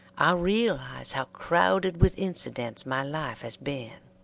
i realize how crowded with incidents my life has been.